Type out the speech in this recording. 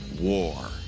war